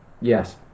Yes